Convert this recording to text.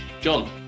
John